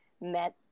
met